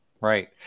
right